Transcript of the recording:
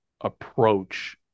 approach